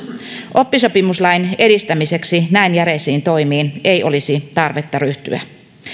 oppisopimuslain edistämiseksi näin järeisiin toimiin ei olisi tarvetta ryhtyä